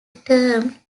term